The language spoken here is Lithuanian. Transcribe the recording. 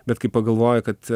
bet kai pagalvoji kad